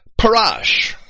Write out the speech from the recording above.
Parash